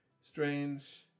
strange